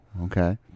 Okay